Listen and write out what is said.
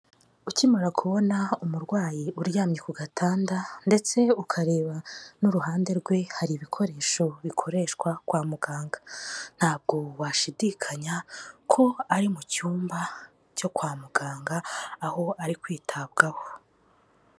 Ukimara kubona umurwayi uryamye ku gatanda ndetse ukareba n'uruhande rwe hari ibikoresho bikoreshwa kwa muganga, ntabwo washidikanya ko ari mu cyumba cyo kwa muganga aho ari kwitabwaho.